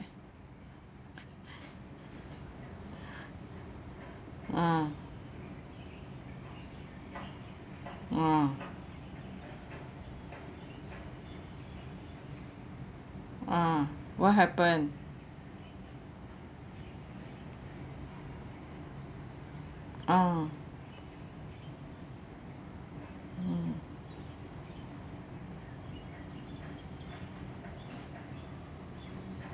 ah ah ah what happened ah mm